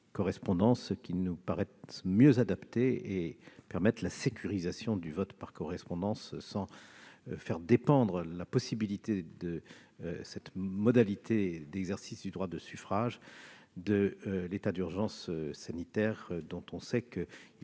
correspondance, qui nous paraissent plus adaptées et permettent sa sécurisation, sans faire dépendre la possibilité de cette modalité d'exercice du droit de suffrage de l'état d'urgence sanitaire, dont on sait qu'il